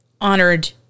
honored